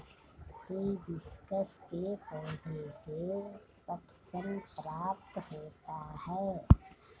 hibiscus के पौधे से पटसन प्राप्त होता है